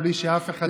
בלי שאף אחד ידבר.